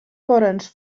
poręcz